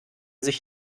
sich